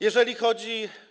Jeżeli chodzi.